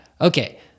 Okay